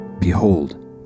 Behold